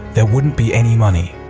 there wouldn't be any money.